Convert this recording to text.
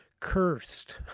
cursed